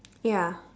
ya